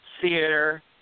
theater